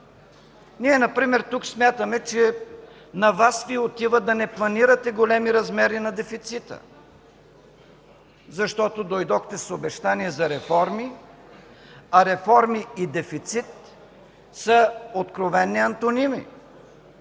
Ние например тук смятаме, че на Вас Ви отива да не планирате големи размери на дефицита, защото дойдохте с обещание за реформи, а реформи и дефицит са откровени антоними.